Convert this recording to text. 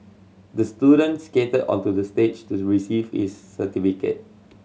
the student skated onto the stage to the receive his certificate